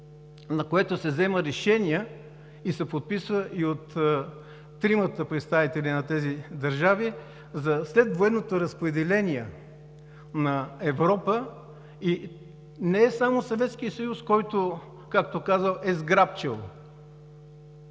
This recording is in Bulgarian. с което се вземат решения и се подписва и от тримата представители на тези държави за следвоенното разпределение на Европа. И не е само Съветският съюз, който, както казахте, е сграбчил